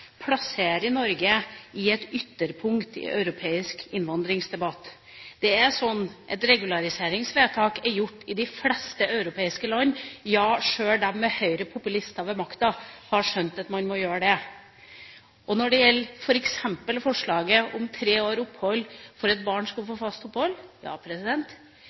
Norge i et ytterpunkt i europeisk innvandringsdebatt. Det er sånn at regulariseringsvedtak er gjort i de fleste europeiske land – ja sjøl de med høyrepopulister ved makten har skjønt at man må gjøre det. Når det gjelder f.eks. forslaget om tre års botid for at barn skal få fast opphold: